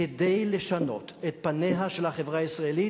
כדי לשנות את פניה של החברה הישראלית.